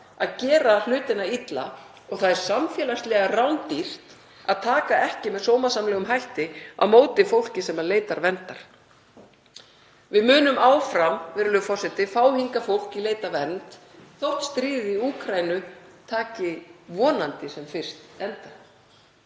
að gera hlutina illa og það er samfélagslega rándýrt að taka ekki með sómasamlegum hætti á móti fólki sem leitar verndar. Við munum áfram, virðulegur forseti, fá hingað fólk í leit að vernd þótt stríðinu í Úkraínu ljúki vonandi sem fyrst.